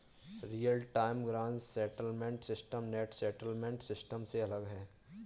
real time gross settlement system net settlement system से अलग है